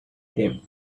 him